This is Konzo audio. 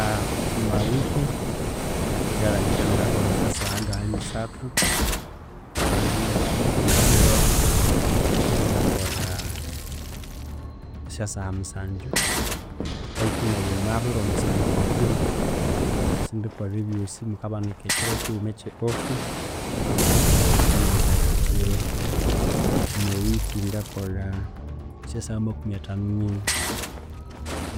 Omwa wiki ngalhangira enengakolha esya saha ngagha ni sathu kusangwa ibwa bulhikiro ngakolha esya saha musangyu, bethu neryo omwa biro musangyu ebyo sindikolha ebyosi mukabanika ekiro kighuma ekye off so kikamangisaya kithi omwa wiki ngakolha esya saha makumi athanu nini